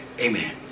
Amen